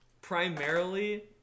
Primarily